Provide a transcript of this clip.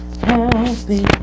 healthy